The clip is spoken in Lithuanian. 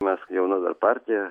mes jauna dar partija